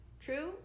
True